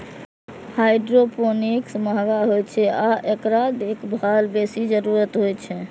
hydroponics महंग होइ छै आ एकरा देखभालक बेसी जरूरत होइ छै